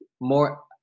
more